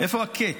איפה הקאץ'?